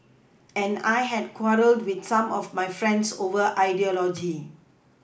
and I had quarrelled with some of my friends over ideology